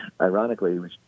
ironically